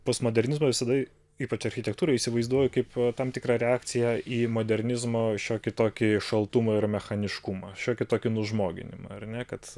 postmodernizmo visada ypač architektūrą įsivaizduoju kaip tam tikrą reakciją į modernizmo šiokį tokį šaltumą ir mechaniškumą šiokį tokį nužmoginimą ar ne kad